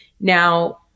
now